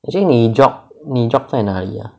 actually 你 jog 你 jog 在哪里 ah